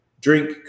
drink